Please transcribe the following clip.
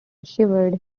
shivered